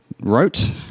wrote